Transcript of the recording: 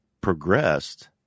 progressed